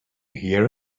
hear